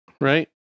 Right